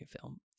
film